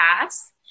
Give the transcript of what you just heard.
pass